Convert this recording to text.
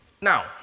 Now